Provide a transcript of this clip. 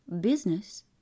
business